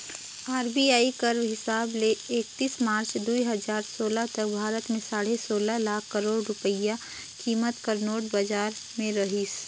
RBI कर हिसाब ले एकतीस मार्च दुई हजार सोला तक भारत में साढ़े सोला लाख करोड़ रूपिया कीमत कर नोट बजार में रहिस